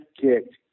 kicked